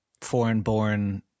Foreign-born